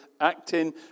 acting